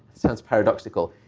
it sounds paradoxical.